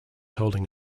holding